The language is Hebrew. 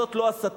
זאת לא הסתה?